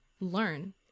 learn